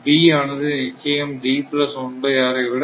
B ஆனது நிச்சயம் I விட குறைவாக இருக்கக் கூடாது